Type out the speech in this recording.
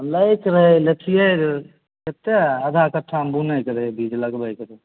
लैके रहे लैतिए रऽ कतेक आधा कट्ठामे बुनयके रहै बीज लगबैके रहै